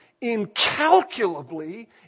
incalculably